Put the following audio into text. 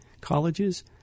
colleges